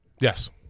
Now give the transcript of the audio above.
Yes